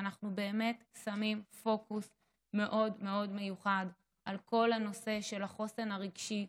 ואנחנו באמת שמים פוקוס מאוד מאוד מיוחד על כל הנושא של החוסן הרגשי,